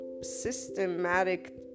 systematic